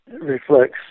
reflects